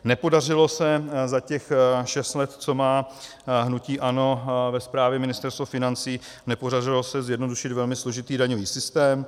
Nepodařilo se za těch šest let, co má hnutí ANO ve správě Ministerstvo financí, nepodařilo se zjednodušit velmi složitý daňový systém.